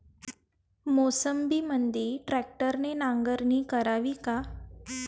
मोसंबीमंदी ट्रॅक्टरने नांगरणी करावी का?